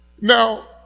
Now